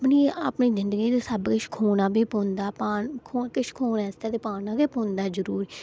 नेईं अपनी जिंदगी च सबकिश खोना बी पौंदा भां किश पाने आस्तै किश खोना गै पौंदा जरूरी